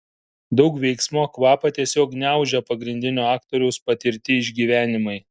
daug veiksmo kvapą tiesiog gniaužia pagrindinio aktoriaus patirti išgyvenimai